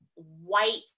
white